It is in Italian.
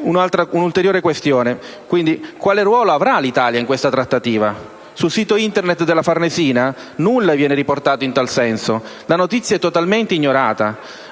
ulteriore questione è quale ruolo avrà l'Italia in questa trattativa. Sul sito Internet della Farnesina nulla viene riportato in tale senso. La notizia è totalmente ignorata.